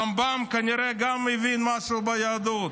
הרמב"ם כנראה גם הבין משהו ביהדות: